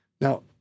Now